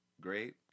great